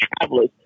travelers